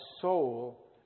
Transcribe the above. soul